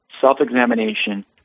self-examination